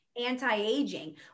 anti-aging